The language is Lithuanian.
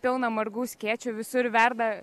pilna margų skėčių visur verda